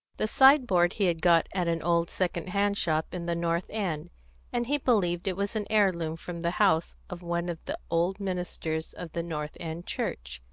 the sideboard he had got at an old second-hand shop in the north end and he believed it was an heirloom from the house of one of the old ministers of the north end church.